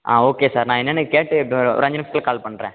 ஆ okay sir நான் என்னன்னு கேட்டு ஒரு அஞ்சு நிமிஷத்தில் கால் பண்ணுறேன்